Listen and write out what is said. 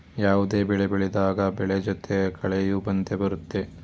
ಯಾವುದೇ ಬೆಳೆ ಬೆಳೆದಾಗ ಬೆಳೆ ಜೊತೆ ಕಳೆಯೂ ಬಂದೆ ಬರುತ್ತೆ